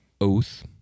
Oath